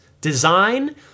design